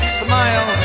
smile